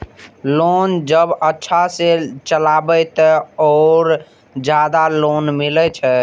Loan जब अच्छा से चलेबे तो और ज्यादा लोन मिले छै?